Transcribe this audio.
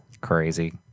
Crazy